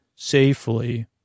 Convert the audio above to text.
safely